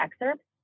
excerpts